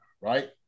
right